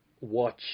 watch